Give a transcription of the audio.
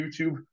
YouTube